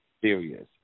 serious